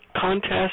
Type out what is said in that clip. Contest